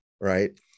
right